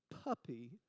puppy